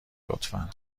لطفا